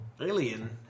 Alien